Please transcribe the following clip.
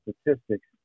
statistics